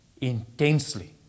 Intensely